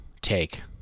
take